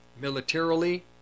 militarily